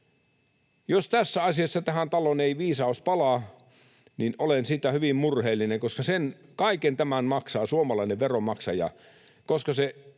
Jos tässä asiassa tähän taloon ei viisaus palaa, niin olen siitä hyvin murheellinen, koska kaiken tämän maksaa suomalainen veronmaksaja, koska se